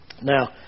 Now